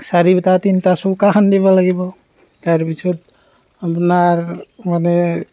চাৰিটা তিনিটা চৌকা খান্দিব লাগিব তাৰপিছত আপোনাৰ মানে